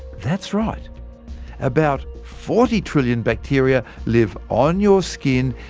that's right about forty trillion bacteria live on your skin,